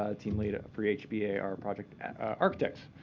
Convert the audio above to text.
ah team leader for hba, our project architect.